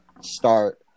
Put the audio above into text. start